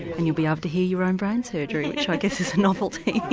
and you'll be able to hear your own brain surgery, which i guess is a novelty!